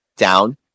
down